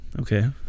Okay